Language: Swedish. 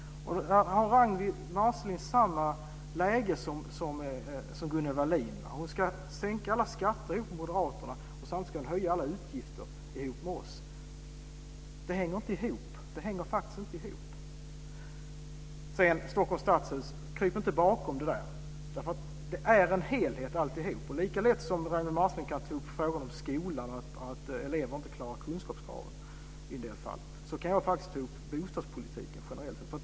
Här är Ragnwi Marcelind i samma läge som Gunnel Wallin. Hon ska sänka alla skatter ihop med moderaterna, samtidigt som hon ska höja alla utgifter ihop med oss. Det hänger inte ihop. Det hänger faktiskt inte ihop. När det sedan gäller Stockholms stadshus: Kryp inte bakom det! Det är en helhet, alltihop. Lika väl som Ragnwi Marcelind kan ta upp frågan om skolan och om att eleverna inte klarar kunskapskraven i en del fall, lika väl kan jag ta upp bostadspolitiken generellt sett.